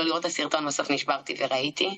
ננתח ונתחקר ביום שאחרי,